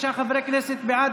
שישה חברי כנסת בעד.